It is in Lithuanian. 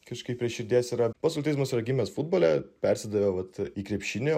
kažkaip prie širdies yra pats ultrizmas yra gimęs futbole persidavė vat į krepšinį